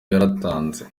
yaratanze